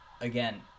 again